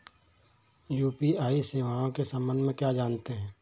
UPI सेवाओं के संबंध में क्या जानते हैं?